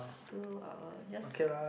do um just